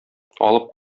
алып